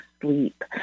sleep